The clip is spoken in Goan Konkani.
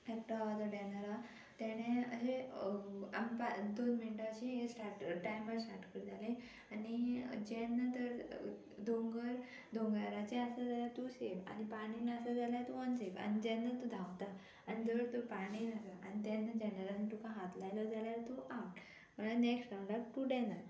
एकटो हा तो डॅनर आहा तेणें अशें आमी पा दोन मिनटां अशें हें स्टाट टायमार स्टाट करतालीं आनी जेन्ना तर दोंगर दोंगराचें आसा जाल्यार तूं सेव आनी पाणी आसत जाल्यार तूं अनसेफ आनी जेन्ना तूं धांवता आनी जर तूं पाणीन आसता आनी तेन्ना डॅनरान तुका हात लायलो जाल्यार तूं आवट म्हणल्यार नेक्स्ट राउंडाक तूं डॅनर